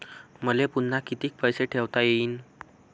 मले पुन्हा कितीक पैसे ठेवता येईन?